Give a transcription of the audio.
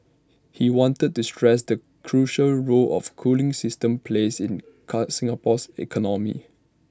he wanted to stress the crucial role of cooling system plays in car Singapore's economy